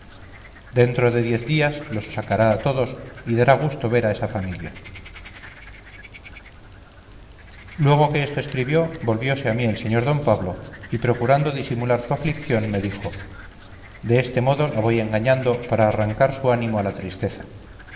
dentro de diez días los sacará a todos y dará gusto ver a esa familia luego que esto escribió volviose a mí el sr d pablo y procurando disimular su aflicción me dijo de este modo la voy engañando para arrancar su ánimo a la tristeza